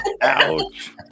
Ouch